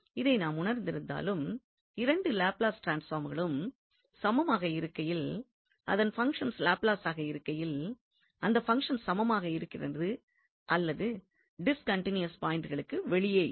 இதை நாம் உணர்ந்திருந்தாலும் இரண்டு லாப்லஸ் ட்ரான்ஸ்பார்ம்களும் சமமாக இருக்கையில் அதன் பங்ஷன்ஸ் லாப்லஸாக இருக்கையில் அந்த பங்ஷன்ஸ் சமமாக இருக்கின்றது அல்லது டிஸ்கன்டினியூடீஸ் பாய்ண்டுகளுக்கு வெளியே இருக்கும்